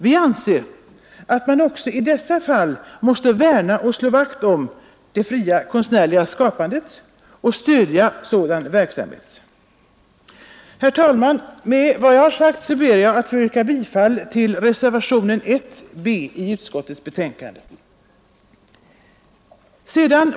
Vi anser att man också i dessa fall måste värna och slå vakt om det fria konstnärliga skapandet. Herr talman! Med vad jag sagt ber jag att få yrka bifall till reservationen A 1 bi utskottsbetänkandet.